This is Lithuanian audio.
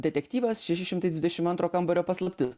detektyvas šeši šimtai dvidešimt antro kambario paslaptis